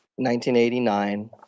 1989